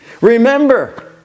Remember